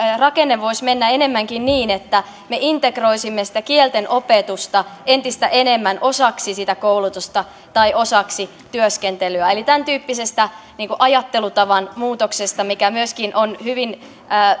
rakenne voisi mennä enemmänkin niin että me integroisimme sitä kielten opetusta entistä enemmän osaksi sitä koulutusta tai työskentelyä eli tämäntyyppisestä ajattelutavan muutoksesta mikä myöskin on hyvin